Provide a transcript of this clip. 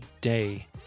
day